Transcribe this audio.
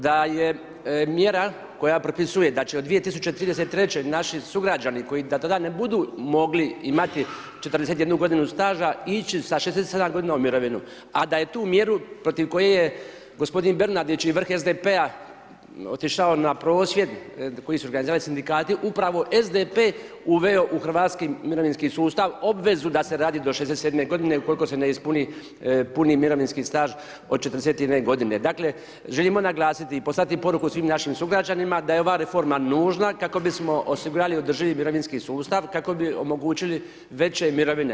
Da je mjera koja propisuje od 2033. naši sugrađani koji do tada ne budu mogli imati 41 g. staža ići sa 67 g. u mirovinu, a da je tu mjeru, protiv koje je gospodin Bernardić i vrh SDP-a otišao na prosvjed koji su ga zvali sindikati, upravo SDP uveo u hrvatski mirovinski sustav obvezu da se radi do 67 g. ukoliko se ne ispuni puni mirovinski staž od 41 g. Dakle želimo naglasiti i poslati poruku svim naših sugrađanima, da je ova reforma nužna kako bismo osigurali održivi mirovinski sustav, kako bi omogućili veće mirovine.